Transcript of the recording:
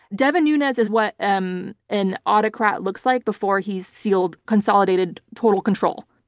devin nunes is what um an autocrat looks like before he's sealed, consolidated total control.